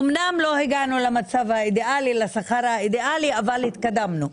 אמנם לא הגענו לשכר האידיאלי אבל התקדמנו.